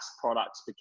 products